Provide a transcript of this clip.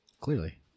Clearly